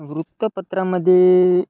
वृत्तपत्रामध्ये